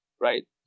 right